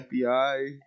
FBI